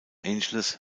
angeles